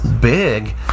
big